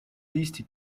least